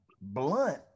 blunt